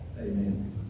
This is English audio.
Amen